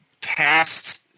past